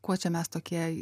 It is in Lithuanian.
ko čia mes tokie